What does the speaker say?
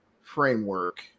framework